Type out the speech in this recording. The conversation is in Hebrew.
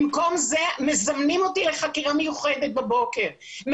במקום זה מזמנים אותי לחקירה מיוחדת בבוקר אבל